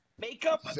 Makeup